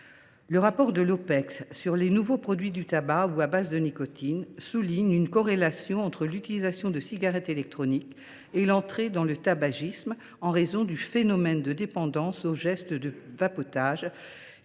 (Opecst) sur les nouveaux produits du tabac ou à base de nicotine identifie une corrélation entre l’utilisation de cigarettes électroniques et l’entrée dans le tabagisme, en raison du phénomène de dépendance au geste de vapotage,